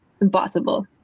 impossible